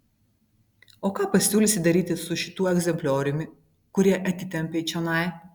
o ką pasiūlysi daryti su šituo egzemplioriumi kurį atitempei čionai